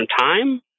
time